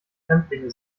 fremdlinge